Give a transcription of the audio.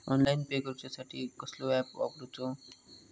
Online pay करूचा साठी कसलो ऍप वापरूचो?